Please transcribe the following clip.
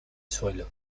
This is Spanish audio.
suelo